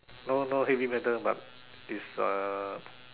no no heavy metal but is uh